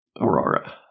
Aurora